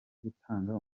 gutanga